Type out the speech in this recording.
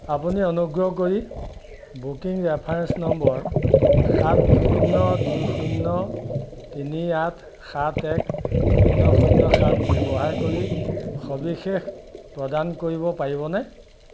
আপুনি অনুগ্ৰহ কৰি বুকিং ৰেফাৰেন্স নম্বৰ সাত শূন্য দুই শূন্য তিনি আঠ সাত এক শূন্য শূন্য সাত ব্যৱহাৰ কৰি সবিশেষ প্ৰদান কৰিব পাৰিবনে